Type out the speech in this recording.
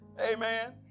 Amen